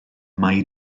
mai